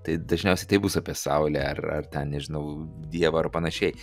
tai dažniausiai tai bus apie saulę ar ar ten nežinau dievą ar panašiai